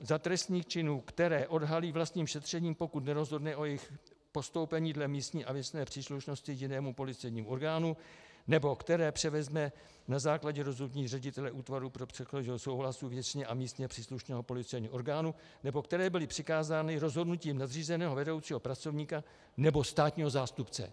Za trestné činy, které odhalí vlastním šetřením, pokud nerozhodne o jejich postoupení dle místní a věcné příslušnosti jinému policejnímu orgánu, nebo které převezme na základě rozhodnutí ředitele Útvaru po předchozím souhlasu místně a věcně příslušného policejního orgánu, nebo které byly přikázány rozhodnutím nadřízeného vedoucího pracovníka nebo státního zástupce.